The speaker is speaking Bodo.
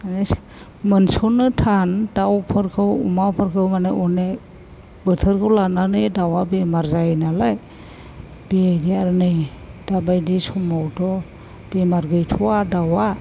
माने मोनसननो थान दाउफोरखौ अमाफोरखौ माने अनेख बोथोरखौ लानानै दाउआ बेमार जायो नालाय बेदि आरो नै दाबायदि समावथ' बेमार गैथ'वा दाउआ